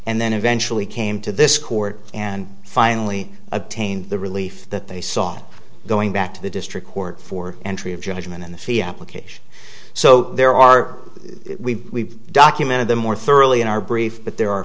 and then eventually came to this court and finally obtain the relief that they sought going back to the district court for entry of judgment in the fia allocation so there are we documented the more thoroughly in our brief but there are